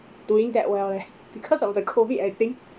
doing that well leh because of the COVID I think